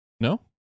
No